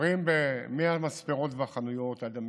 עוברים ב-100 מספרות וחנויות, עד המפעלים.